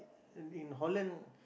in in Holland